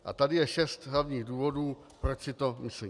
A tady je šest hlavních důvodů, proč si to myslím: